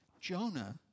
Jonah